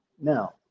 now